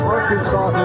Arkansas